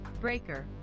Breaker